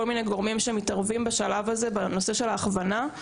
מיני גורמים שמתערבים בשלב זה בנושא ההכוונה,